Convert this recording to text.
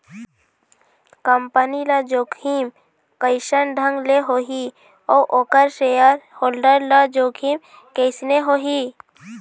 Company ल जोखिम कइसन ढंग ले होही अउ ओखर सेयर होल्डर ल जोखिम कइसने होही?